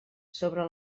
sobre